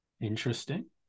Interesting